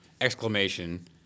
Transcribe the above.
exclamation